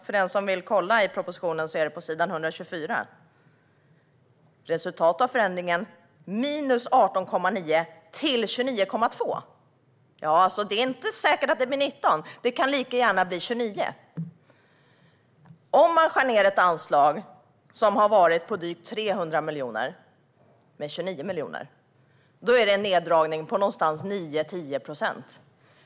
För den som vill kolla i propositionen är det på s. 124. Där står att resultatet av förändringen är 18,9--29,2. Det är alltså inte säkert att det blir 19 - det kan lika gärna bli 29. Om man skär ned ett anslag som har varit drygt 300 miljoner med 29 miljoner är det en neddragning på 9 eller 10 procent.